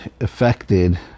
affected